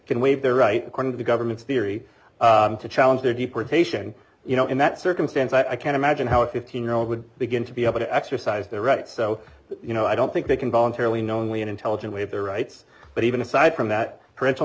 can waive their right according to the government's theory to challenge their deportation you know in that circumstance i can't imagine how a fifteen year old would begin to be able to exercise their rights so you know i don't think they can voluntarily knowingly and intelligent way of their rights but even aside from that parental